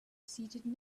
seated